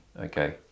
okay